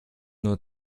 nur